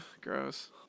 gross